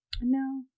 No